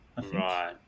Right